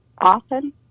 Often